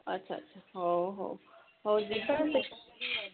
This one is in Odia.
ଆଚ୍ଛା ଆଚ୍ଛା ହଉ ହଉ ହଉ ଯିବା ଦେଖିବା